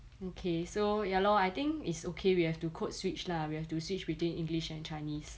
okay so ya lor I think it's okay we have to codeswitch lah we have to switch between english and chinese